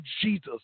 Jesus